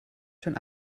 schon